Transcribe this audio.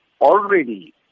already